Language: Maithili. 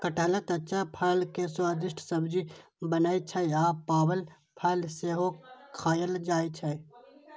कटहलक कच्चा फल के स्वादिष्ट सब्जी बनै छै आ पाकल फल सेहो खायल जाइ छै